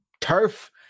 turf